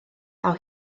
ddaw